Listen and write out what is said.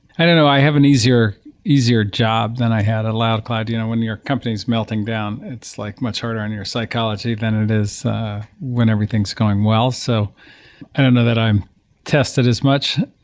i don't know, i have an easier easier job than i had at loudcloud. you know when your company's melting down, it's like much harder on your psychology than it is when everything's going well. so i don't know that i'm tested as much,